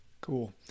Cool